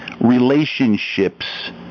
Relationships